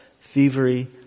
thievery